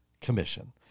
Commission